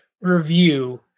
review